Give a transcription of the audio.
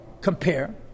compare